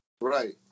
Right